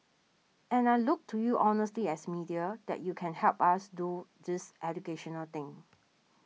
and I look to you honestly as media that you can help us do this educational thing